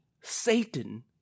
Satan